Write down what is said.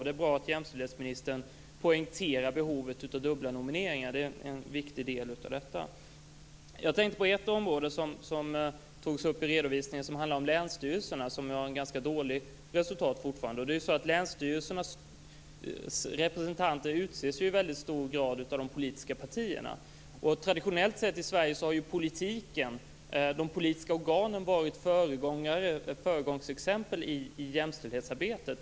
Det är bra att jämställdhetsministern poängterar behovet av dubbla nomineringar. Det är en viktig del av detta. En sak som togs upp i redovisningen var länsstyrelserna, som fortfarande har ett ganska dåligt resultat. Länsstyrelsernas representanter utses ju i väldigt hög grad av de politiska partierna. Politiken och de politiska organen i Sverige har ju traditionellt varit föregångare och fungerat som exempel i jämställdhetsarbetet.